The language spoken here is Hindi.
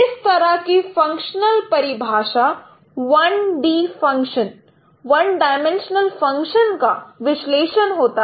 इस तरह की फंक्शनल परिभाषा 1 D फंक्शन का विश्लेषण होता है